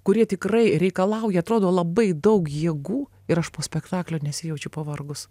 kurie tikrai reikalauja atrodo labai daug jėgų ir aš po spektaklio nesijaučiu pavargus